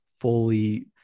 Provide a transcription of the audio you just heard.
fully